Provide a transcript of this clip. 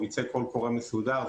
ייצא קול קורא מסודר,